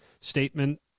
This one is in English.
statement